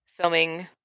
filming